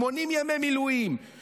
80 ימי מילואים,